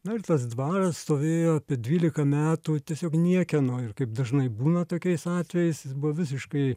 na ir tas dvaras stovėjo apie dvyliką metų tiesiog niekieno ir kaip dažnai būna tokiais atvejais jis buvo visiškai